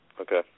Okay